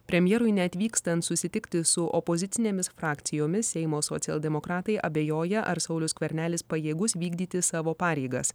premjerui neatvykstant susitikti su opozicinėmis frakcijomis seimo socialdemokratai abejoja ar saulius skvernelis pajėgus vykdyti savo pareigas